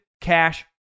Cash